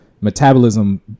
Metabolism